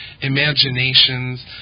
imaginations